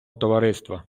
товариства